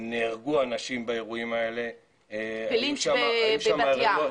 נהרגו אנשים באירועים האלה --- בלינץ' בבת ים.